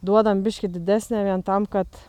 duodam biškį didesnę vien tam kad